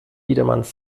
jedermanns